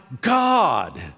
God